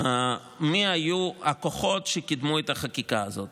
מי היו הכוחות שקידמו את החקיקה הזאת.